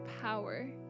power